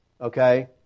Okay